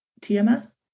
TMS